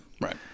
Right